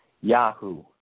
Yahoo